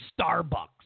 Starbucks